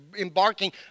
embarking